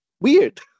weird